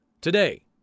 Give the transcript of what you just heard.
Today